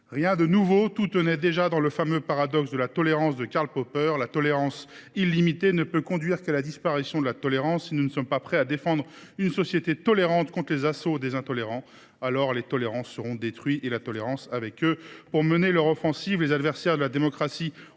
rien de nouveau. Tout tenait déjà dans le fameux paradoxe de la tolérance de Karl Popper :« La tolérance illimitée ne peut que conduire à la disparition de la tolérance. […] Si nous ne sommes pas prêts à défendre une société tolérante contre les assauts des intolérants, alors les tolérants seront détruits, et la tolérance avec eux. » Pour mener leur offensive, les adversaires de la démocratie se